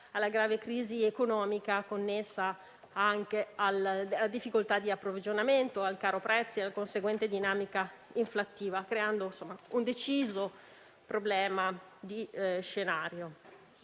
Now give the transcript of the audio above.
alla grave crisi energetica ed economica connessa anche alla difficoltà di approvvigionamento, al caro prezzi e alla conseguente dinamica inflattiva, creando un deciso problema di scenario